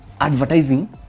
advertising